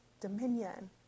dominion